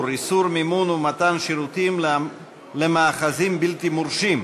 (איסור מימון ומתן שירותים למאחזים בלתי מורשים),